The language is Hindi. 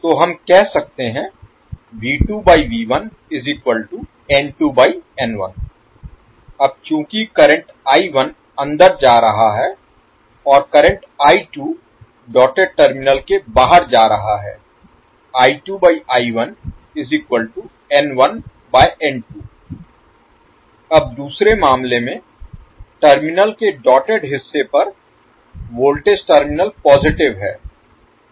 तो हम कह सकते हैं अब चूंकि करंट I1 अंदर जा रहा है और करंट I2 डॉटेड टर्मिनल के बाहर जा रहा है अब दूसरे मामले में टर्मिनल के डॉटेड हिस्से पर वोल्टेज टर्मिनल पॉजिटिव हैं